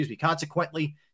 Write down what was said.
Consequently